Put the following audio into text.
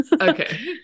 okay